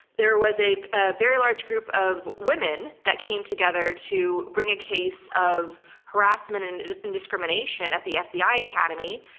there was a a very large group of women that came together to bring a case of harassment and and discrimination at the fbi academy,